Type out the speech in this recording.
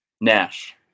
Nash